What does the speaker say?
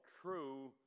true